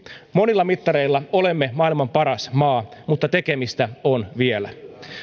monilla mittareilla olemme maailman paras maa mutta tekemistä on vielä sata